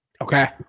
Okay